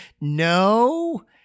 no